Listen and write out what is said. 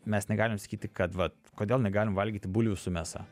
mes negalim sakyti kad vat kodėl negalima valgyti bulvių su mėsa